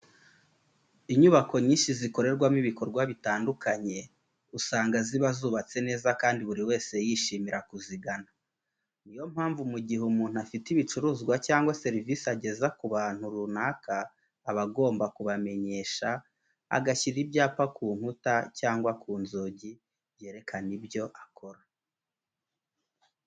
Inyubako nyinshi zikorerwamo ibikorwa bitandukanye, usanga ziba zubatse neza kandi buri wese yishimira kuzigana. Ni yo mpamvu mu gihe umuntu afite ibicuruzwa cyangwa se serivise ageza ku bantu runaka aba agomba kubamenyesha, agashyira ibyapa ku nkuta cyangwa ku nzugi byerekana ibyo akora.